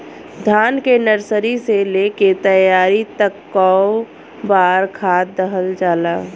धान के नर्सरी से लेके तैयारी तक कौ बार खाद दहल जाला?